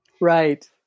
Right